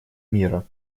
мира